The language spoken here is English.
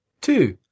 Two